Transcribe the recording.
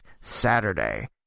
Saturday